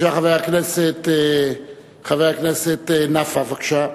חבר הכנסת נפאע, בבקשה.